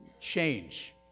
change